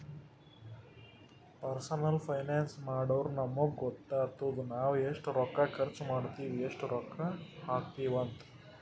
personal finance ಮಾಡುರ್ ನಮುಗ್ ಗೊತ್ತಾತುದ್ ನಾವ್ ಎಸ್ಟ್ ರೊಕ್ಕಾ ಖರ್ಚ್ ಮಾಡ್ತಿವಿ, ಎಸ್ಟ್ ರೊಕ್ಕಾ ಹಾಕ್ತಿವ್ ಅಂತ್